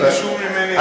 ביקשו ממני,